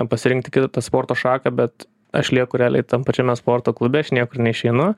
pasirinkti kitą sporto šaką bet aš lieku realiai tam pačiame sporto klube aš niekur neišeinu